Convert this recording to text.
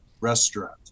restaurant